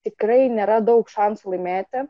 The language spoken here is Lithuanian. tikrai nėra daug šansų laimėti